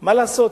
מה לעשות,